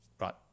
Right